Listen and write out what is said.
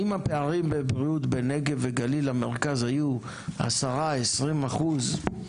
אם הפערים בבריאות בנגב וגליל למרכז היו עשרה-עשרים אחוז,